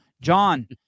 John